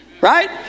right